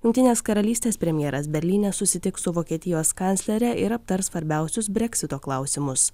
jungtinės karalystės premjeras berlyne susitiks su vokietijos kanclere ir aptars svarbiausius breksito klausimus